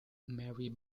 mary